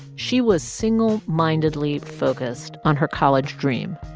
she was single-mindedly focused on her college dream.